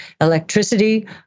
electricity